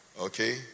Okay